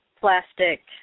plastic